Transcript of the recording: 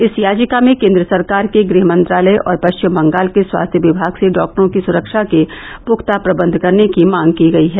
इस याचिका में केन्द्र सरकार के गृह मंत्रालय और पश्चिम बंगाल के स्वास्थ्य विभाग से डॉक्टरों की सुरक्षा के पुख्ता प्रबंध करने की मांग की गई है